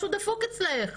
משהו דפוק אצלך.